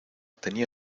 tenía